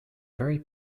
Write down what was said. very